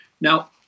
Now